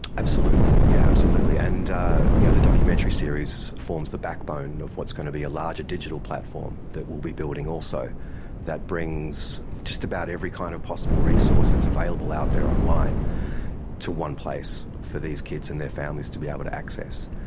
absolutely, yes, yeah absolutely, and you know the documentary series forms the backbone of what's going to be a larger digital platform that we will be building also that brings just about every kind of possible resource that's available out there online to one place for these kids and their families to be able to access.